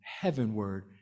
heavenward